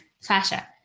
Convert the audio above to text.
fascia